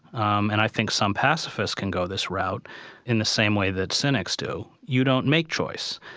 um and i think some pacifists can go this route in the same way that cynics do, you don't make choice,